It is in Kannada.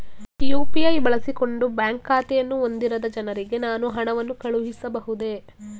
ಯು.ಪಿ.ಐ ಬಳಸಿಕೊಂಡು ಬ್ಯಾಂಕ್ ಖಾತೆಯನ್ನು ಹೊಂದಿರದ ಜನರಿಗೆ ನಾನು ಹಣವನ್ನು ಕಳುಹಿಸಬಹುದೇ?